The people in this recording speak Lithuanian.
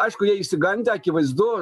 aišku jie išsigandę akivaizdu